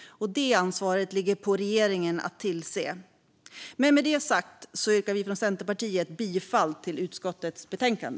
Det ansvaret ligger på regeringen att axla. Med det sagt yrkar jag bifall till utskottets förslag.